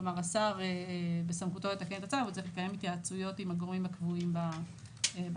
כלומר השר צריך לקיים התייעצויות עם הגורמים הקבועים בצו.